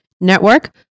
network